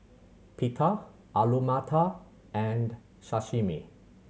Pita Alu Matar and Sashimi